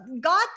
God